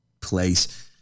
place